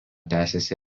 tęsiasi